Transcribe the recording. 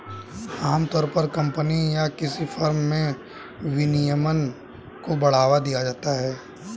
आमतौर पर कम्पनी या किसी फर्म में विनियमन को बढ़ावा दिया जाता है